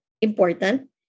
important